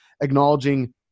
acknowledging